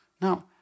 Now